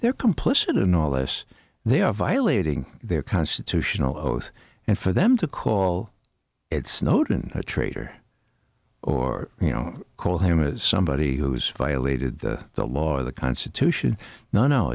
they're complicit in all this they are violating their constitutional oath and for them to call it snowden a traitor or you know call him a somebody who's violated the law or the constitution no